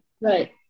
right